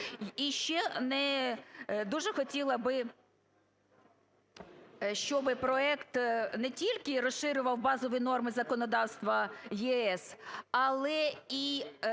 І ще дуже хотіла би, щоби проект не тільки розширював базові норми законодавства ЄС, але і